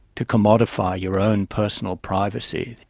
to commodify your own personal privacy,